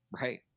Right